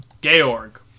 georg